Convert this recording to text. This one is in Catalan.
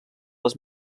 les